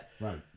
Right